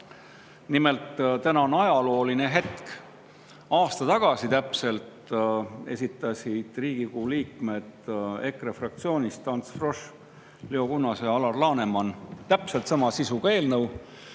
Nimelt, täna on ajalooline hetk. Täpselt aasta tagasi esitasid Riigikogu liikmed EKRE fraktsioonist Ants Frosch, Leo Kunnas ja Alar Laneman täpselt sama sisuga eelnõu,